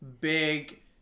big